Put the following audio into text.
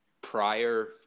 prior